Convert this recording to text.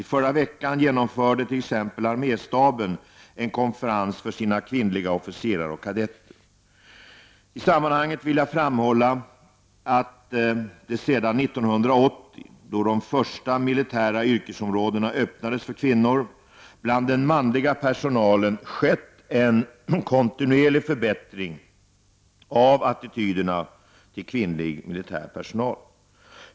I förra veckan genomförde t.ex. arméstaben en konferens för sina kvinnliga officerare och kadetter. I sammanhanget vill jag framhålla att det sedan 1980, då de första militära yrkesområdena öppnades för kvinnor, bland den manliga personalen skett en kontinuerlig förbättring av attityderna till kvinnlig militär personal.